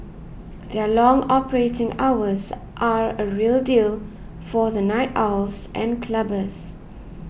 their long operating hours are a real deal for the night owls and clubbers